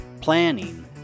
planning